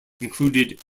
included